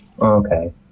Okay